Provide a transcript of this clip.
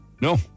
No